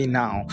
now